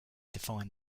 define